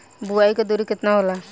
बुआई के दूरी केतना होला?